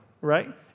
right